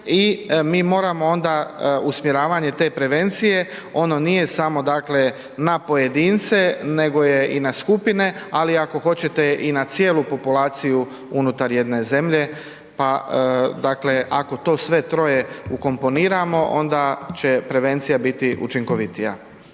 i mi moramo onda usmjeravanje te prevencije, ono nije samo dakle na pojedince, nego je i na skupine, ali ako hoćete i na cijelu populaciju unutar jedne zemlje, pa dakle ako to sve troje ukomponiramo onda će prevencija biti učinkovitija.